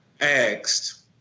asked